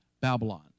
Babylon